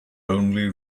only